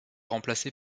remplacés